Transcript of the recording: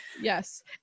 yes